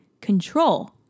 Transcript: control